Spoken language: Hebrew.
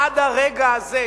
עד הרגע הזה,